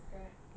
okay